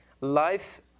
life